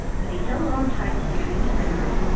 but he held on tight to the dream's fingers,